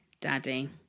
Daddy